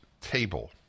table